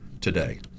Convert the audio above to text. today